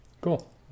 cool